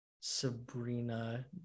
sabrina